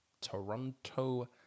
Toronto